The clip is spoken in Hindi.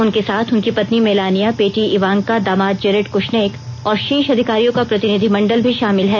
उनके साथ उनकी पत्नी मेलानिया बेटी इवांका दामाद जेरेड कृश्नेक और शीर्ष अधिकारियों का प्रतिनिधिमंडल भी शामिल हैं